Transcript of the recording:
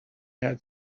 had